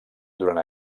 durant